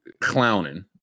clowning